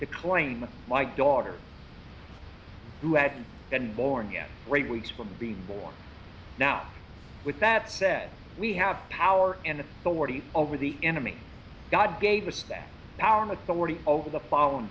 to claim my daughter who had been born yet great weeks from being born now with that said we have power and authority over the enemy god gave us that power and authority over the